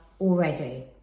already